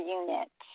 unit